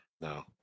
no